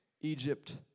Egypt